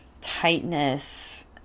tightness